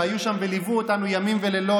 שהיו שם וליוו אותנו ימים ולילות,